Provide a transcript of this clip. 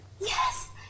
Yes